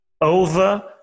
over